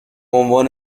عنوان